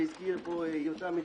והזכיר פה יותם,